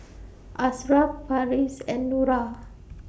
Asharaff Farish and Nura